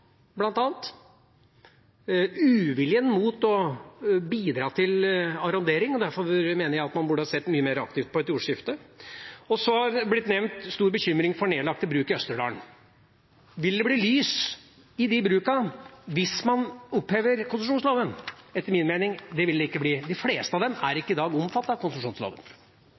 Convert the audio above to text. eiendom, uviljen mot å bidra til arrondering. Derfor mener jeg at man burde ha sett mye mer aktivt på et jordskifte. Så er det blitt nevnt stor bekymring for nedlagte bruk i Østerdalen. Vil det bli lys på de brukene hvis man opphever konsesjonsloven? Etter min mening vil det ikke bli det. De fleste av dem er i dag ikke omfattet av konsesjonsloven.